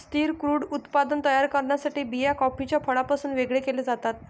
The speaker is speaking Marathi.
स्थिर क्रूड उत्पादन तयार करण्यासाठी बिया कॉफीच्या फळापासून वेगळे केल्या जातात